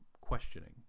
questioning